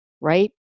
right